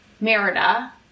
Merida